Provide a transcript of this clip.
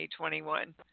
2021